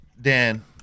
Dan